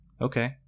Okay